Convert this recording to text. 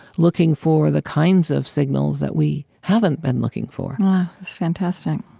looking for the kinds of signals that we haven't been looking for that's fantastic.